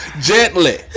Gently